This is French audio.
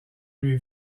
lui